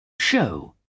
Show